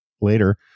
later